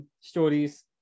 stories